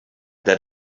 that